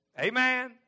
Amen